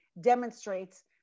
demonstrates